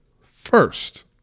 first